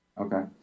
Okay